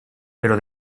però